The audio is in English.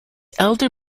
elder